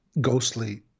ghostly